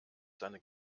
seine